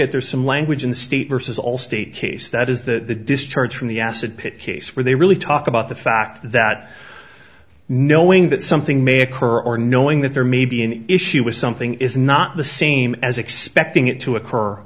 at there's some language in the state versus all state case that is the discharge from the acid pit case where they really talk about the fact that knowing that something may occur or knowing that there may be an issue with something is not the same as expecting it to occur